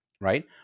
Right